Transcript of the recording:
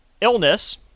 Illness